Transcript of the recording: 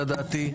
לדעתי.